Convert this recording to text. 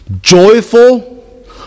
Joyful